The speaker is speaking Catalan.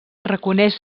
reconeix